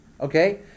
Okay